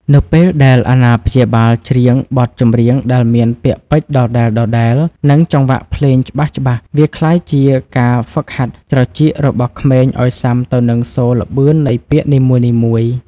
នៅពេលដែលអាណាព្យាបាលច្រៀងបទចម្រៀងដែលមានពាក្យពេចន៍ដដែលៗ និងចង្វាក់ភ្លេងច្បាស់ៗ វាក្លាយជាការហ្វឹកហាត់ត្រចៀករបស់ក្មេងឱ្យស៊ាំទៅនឹងសូរល្បឿននៃពាក្យនីមួយៗ។